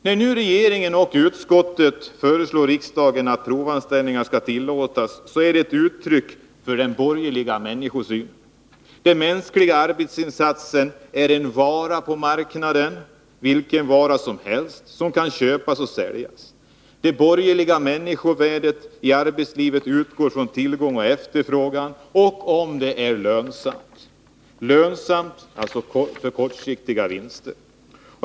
När nu regeringen och utskottet föreslår riksdagen att provanställningar skall tillåtas är det ett uttryck för den borgerliga människosynen: den mänskliga arbetsinsatsen är en vara på marknaden — vilken vara som helst, som kan köpas och säljas. Det borgerliga människovärdet i arbetslivet utgår från tillgång och efterfrågan samt lönsamhet — om det är lönsamt i fråga om kortsiktiga vinster.